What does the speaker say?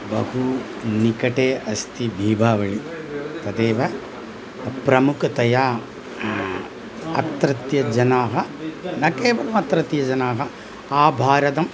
बहुनिकटे अस्ति दीपावली तदेव प्रमुखतया अत्रत्यजनाः न केवलमत्रत्यजनाः आभारतम्